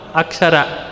Akshara